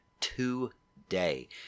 today